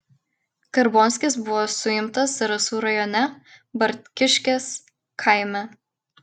karbonskis buvo suimtas zarasų rajone bartkiškės kaime